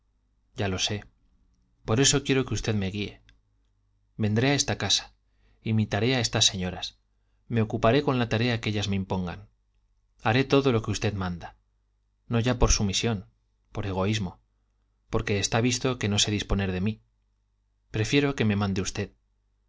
ya lo sé por eso quiero que usted me guíe vendré a esta casa imitaré a estas señoras me ocuparé con la tarea que ellas me impongan haré todo lo que usted manda no ya por sumisión por egoísmo porque está visto que no sé disponer de mí prefiero que me mande usted